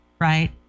right